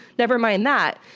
nevermind that.